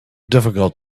difficult